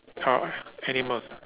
uh uh animals